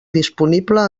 disponible